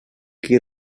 qui